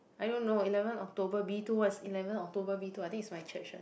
I don't know eleven October B two what is eleven October B two I think is my church one